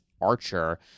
Archer